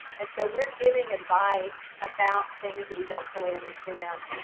and so we're giving advice about things that we don't fully understand.